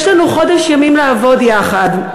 יש לנו חודש ימים לעבוד יחד,